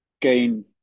gain